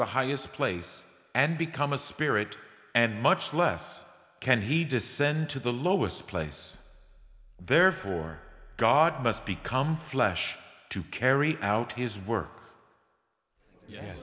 the highest place and become a spirit and much less can he descend to the lowest place therefore god must become flesh to carry out his work ye